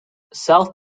south